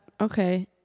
okay